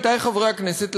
עמיתי חברי הכנסת,